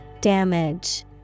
Damage